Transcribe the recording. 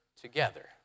together